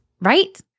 right